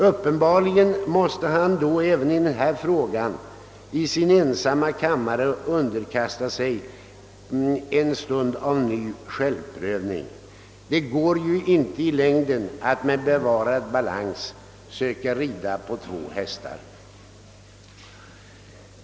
Uppenbarligen måste han då även i denna fråga i sin ensamma kammare underkasta sig en stunds självprövning. Det går inte i längden att med bevarad balans söka rida på två hästar.